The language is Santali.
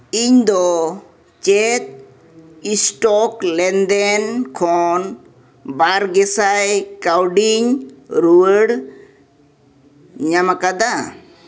ᱤᱧ ᱫᱚ ᱪᱮᱫ ᱥᱴᱚᱠ ᱞᱮᱱᱫᱮᱱ ᱠᱷᱚᱱ ᱵᱟᱨ ᱜᱮ ᱥᱟᱭ ᱠᱟᱹᱣᱰᱤᱧ ᱨᱩᱭᱟᱹᱲ ᱧᱟᱢ ᱠᱟᱫᱟ